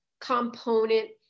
component